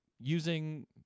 using